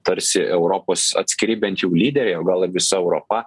tarsi europos atskiri bent jau lyderiai o gal ir visa europa